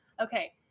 Okay